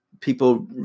People